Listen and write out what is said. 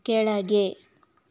ಕೆಳಗೆ